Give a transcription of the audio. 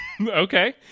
Okay